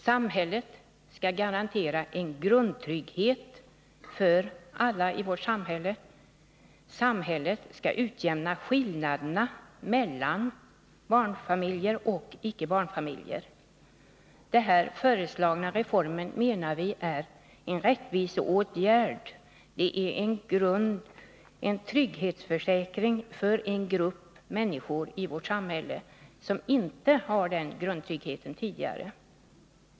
Samhället skall garantera en grundtrygghet för alla i vårt samhälle. Samhället skall utjämna skillnaderna mellan barnfamiljer och icke barnfamiljer. Den här föreslagna reformen menar vi är en rättviseåtgärd. Den är en grund, en trygghetsförsäkring för en grupp människor i vårt samhälle som inte har den grundtryggheten tidigare.